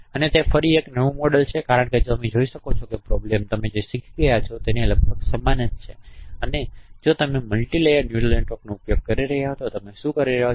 અને તે ફરી એક નવું મોડેલ છે કારણ કે તમે જોઈ શકો છો કે તમે પ્રોબ્લેમ શીખી રહ્યાં છો તે લગભગ સમાન છે અને જો તમે મલ્ટિ લેયર ન્યુરલ નેટવર્કનો ઉપયોગ કરી રહ્યાં છો તો તમે શું કરી રહ્યા છો